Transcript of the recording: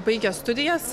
baigęs studijas